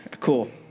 cool